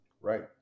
right